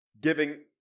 giving